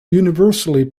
universally